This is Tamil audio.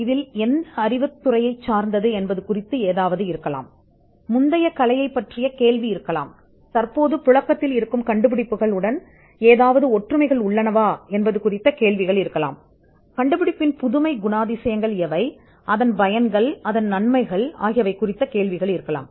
இது அறிவுத் துறையில் என்ன இருக்கிறது அது பின்னணி கலையில் ஏதேனும் இருக்கக்கூடும் அது ஏற்கனவே இருக்கும் கண்டுபிடிப்புகளுடன் ஒற்றுமைகள் இருக்கலாம் அது பயன்பாட்டு நன்மைகள் கண்டுபிடிப்பு அம்சங்கள் ஆகியவற்றில் ஏதாவது இருக்கலாம்